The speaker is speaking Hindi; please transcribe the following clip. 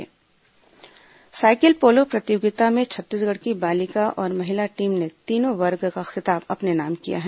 साइकिल पोलो प्रतियोगिता साइकिल पोलो प्रतियोगिता में छत्तीसगढ़ की बालिका और महिला टीम ने तीनों वर्गों का खिताब अपने नाम किया है